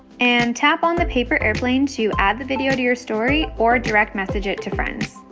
and tap on the paper airplane to add the video to your story or direct message it to friends.